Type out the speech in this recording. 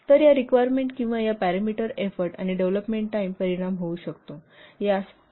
तर या रिक्वायरमेंट किंवा या पॅरामीटर एफोर्ट आणि डेव्हलोपमेंट टाईम परिणाम होऊ शकतो